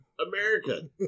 America